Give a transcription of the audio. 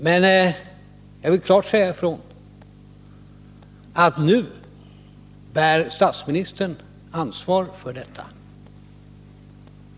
Men jag vill klart säga ifrån att nu bär statsministern ansvaret för detta.